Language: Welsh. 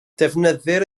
defnyddir